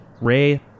Ray